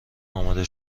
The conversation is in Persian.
آماده